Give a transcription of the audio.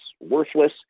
worthless